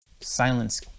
Silence